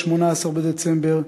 18 בדצמבר,